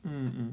mm mm